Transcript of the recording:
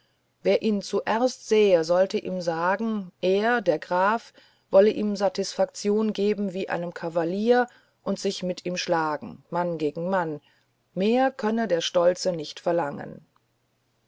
wer ihn zuerst sähe solle ihm sagen er der graf wolle ihm satisfaktion geben wie einem kavalier und sich mit ihm schlagen mann gegen mann mehr könne der stolze nicht verlangen